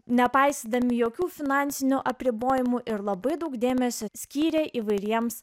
nepaisydami jokių finansinių apribojimų ir labai daug dėmesio skyrė įvairiems